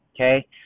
okay